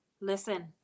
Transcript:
Listen